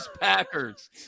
Packers